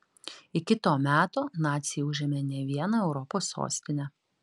iki to meto naciai užėmė ne vieną europos sostinę